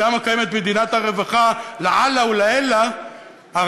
שם קיימת מדינת הרווחה לאללה ולעילא.